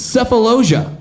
Cephalosia